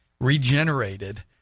regenerated